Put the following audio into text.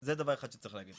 זה דבר אחד שצריך להגיד.